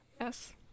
yes